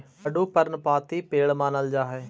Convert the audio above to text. आडू पर्णपाती पेड़ मानल जा हई